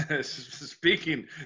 speaking